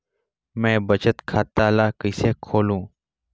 मैं बचत खाता ल किसे खोलूं?